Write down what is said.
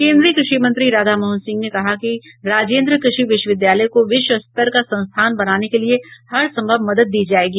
केन्द्रीय कृषि मंत्री राधामोहन सिंह ने कहा कि राजेन्द्र कृषि विश्वविद्यालय को विश्व स्तर का संस्थान बनाने के लिये हरसंभव मदद दी जायेगी